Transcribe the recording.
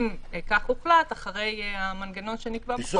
אם היא הייתה פוקעת אחרי המנגנון שנקבע בחוק --- אי-אפשר